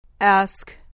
Ask